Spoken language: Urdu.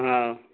ہاں